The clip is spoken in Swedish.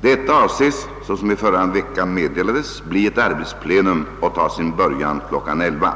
Detta avses, såsom i förra veckan meddelades, bli ett arbetsplenum och ta sin början kl. 11.00.